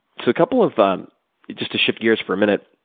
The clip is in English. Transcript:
so a couple of just to shift gears for a minutes,